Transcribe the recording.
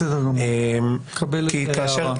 בסדר גמור, מקבל את ההערה.